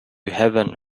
heaven